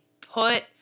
put